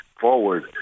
forward